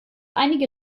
einige